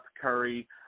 Curry